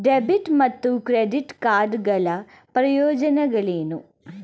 Debit ಮತ್ತು credit card ಗಳ ಪ್ರಯೋಜನಗಳೇನು?